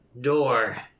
door